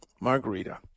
Margarita